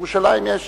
ירושלים היא